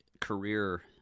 career